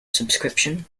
subscription